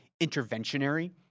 interventionary